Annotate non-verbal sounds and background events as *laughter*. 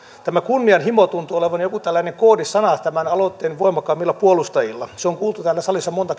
tämä kunnianhimo tuntuu olevan joku koodisana tämän aloitteen voimakkaimmilla puolustajilla se on kuultu täällä salissa monta *unintelligible*